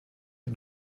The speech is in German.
die